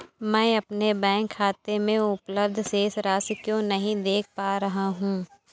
मैं अपने बैंक खाते में उपलब्ध शेष राशि क्यो नहीं देख पा रहा हूँ?